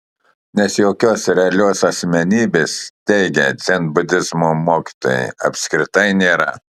nes jokios realios asmenybės teigia dzenbudizmo mokytojai apskritai nėra